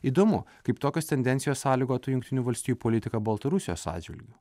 įdomu kaip tokios tendencijos sąlygotų jungtinių valstijų politiką baltarusijos atžvilgiu